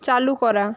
চালু করা